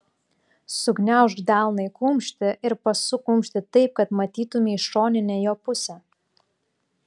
sugniaužk delną į kumštį ir pasuk kumštį taip kad matytumei šoninę jo pusę